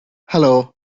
helo